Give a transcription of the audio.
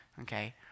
Okay